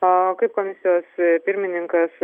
o kaip komisijos pirmininkas